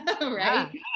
right